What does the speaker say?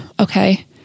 okay